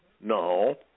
No